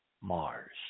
mars